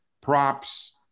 props